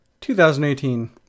2018